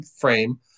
frame